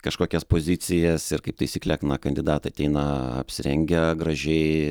kažkokias pozicijas ir kaip taisyklė na kandidatai ateina apsirengę gražiai